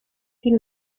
die